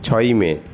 ছয়ই মে